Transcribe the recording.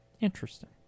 Interesting